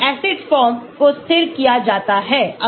acid form को स्थिर किया जाता है